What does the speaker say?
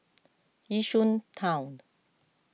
Yishun Town